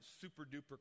super-duper